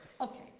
Okay